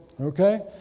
okay